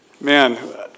Man